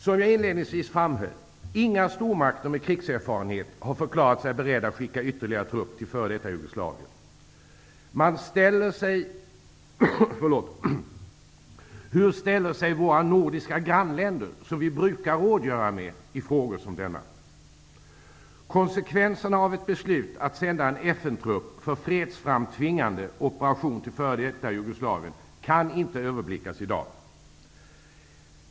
Som jag inledningsvis framhöll har inga stormakter med krigserfarenhet förklarat sig beredda att skicka ytterligare trupper till f.d. Jugoslavien. Hur ställer sig våra nordiska grannländer, som vi brukar rådgöra med i frågor som denna? Jugoslavien kan inte överblickas i dag.